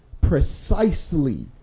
precisely